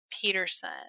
Peterson